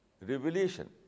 revelation